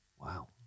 Wow